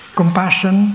compassion